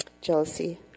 Jealousy